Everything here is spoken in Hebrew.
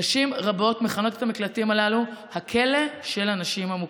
נשים רבות מכנות את המקלטים הללו: הכלא של הנשים המוכות.